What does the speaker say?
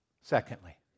Secondly